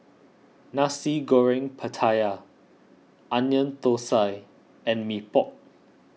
Nasi Goreng Pattaya Onion Thosai and Mee Pok